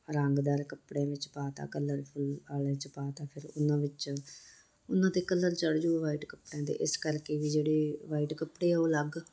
ਰੰਗਦਾਰ ਕਪੜਿਆਂ ਵਿੱਚ ਪਾ ਦਿੱਤਾ ਕਲਰਫੁੱਲ ਵਾਲੇ 'ਚ ਪਾ ਦਿੱਤਾ ਫਿਰ ਉਹਨਾਂ ਵਿੱਚ ਉਹਨਾਂ 'ਤੇ ਕਲਰ ਚੜ੍ਹ ਜਾਉ ਵਾਈਟ ਕੱਪੜਿਆਂ 'ਤੇ ਇਸ ਕਰਕੇ ਵੀ ਜਿਹੜੇ ਵਾਈਟ ਕੱਪੜੇ ਉਹ ਅਲੱਗ